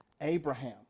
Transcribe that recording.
Abraham